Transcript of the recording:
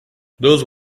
those